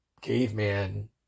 caveman